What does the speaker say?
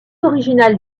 originale